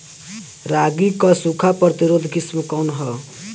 रागी क सूखा प्रतिरोधी किस्म कौन ह?